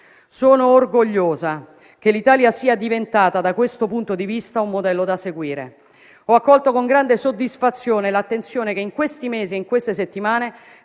Sono orgogliosa che l'Italia, da questo punto di vista, sia diventata un modello da seguire. Ho accolto con grande soddisfazione l'attenzione che in questi mesi e in queste settimane